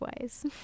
ways